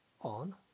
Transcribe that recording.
on